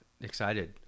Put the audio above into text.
excited